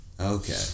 Okay